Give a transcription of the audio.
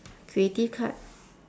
creative card